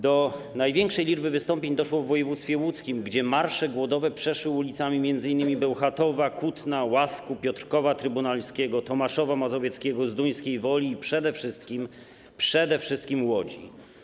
Do największej liczby wystąpień doszło w województwie łódzkim, gdzie marsze głodowe przeszły ulicami m.in. Bełchatowa, Kutna, Łasku, Piotrkowa Trybunalskiego, Tomaszowa Mazowieckiego, Zduńskiej Woli i przede wszystkim, przede wszystkim Łodzi.